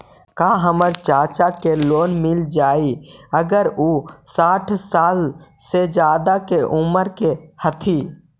का हमर चाचा के लोन मिल जाई अगर उ साठ साल से ज्यादा के उमर के हथी?